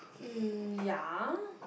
um ya